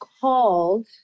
called